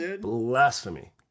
Blasphemy